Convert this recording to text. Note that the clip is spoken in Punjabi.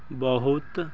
ਬਹੁਤ